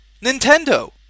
Nintendo